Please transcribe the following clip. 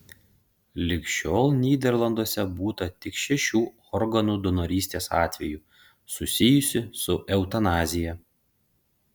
lig šiol nyderlanduose būta tik šešių organų donorystės atvejų susijusių su eutanazija